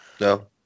No